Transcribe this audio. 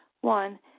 One